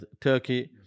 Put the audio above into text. Turkey